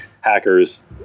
hackers